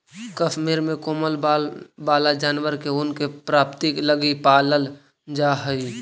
कश्मीर में कोमल बाल वाला जानवर के ऊन के प्राप्ति लगी पालल जा हइ